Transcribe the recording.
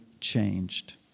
changed